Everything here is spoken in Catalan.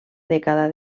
dècada